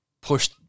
push